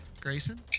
Grayson